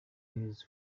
hails